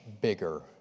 bigger